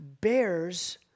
bears